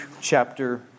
chapter